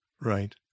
right